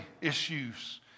issues